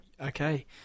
Okay